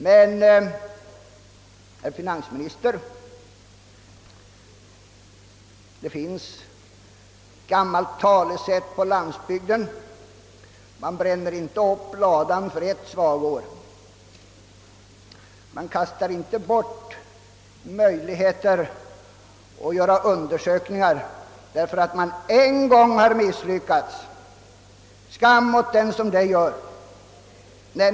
Men, herr finansminister, det finns ett gammalt talesätt på landsbygden som lyder: »Man bränner inte upp ladan för ett svagår», d. v. s. man avstår inte från möjligheten att göra undersökningar, därför att man en gång har misslyckats. Skam åt den som det gör!